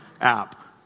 app